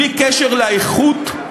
בלי קשר לאיכות,